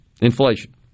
inflation